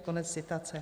Konec citace.